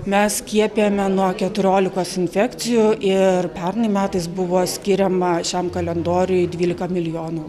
mes skiepijame nuo keturiolikos infekcijų ir pernai metais buvo skiriama šiam kalendoriui dvylika milijonų